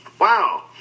Wow